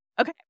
Okay